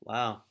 Wow